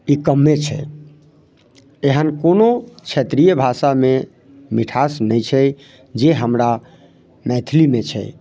ई कमे छै एहन कोनो क्षेत्रीय भाषामे मिठास नहि छै जे हमरा मैथिलीमे छै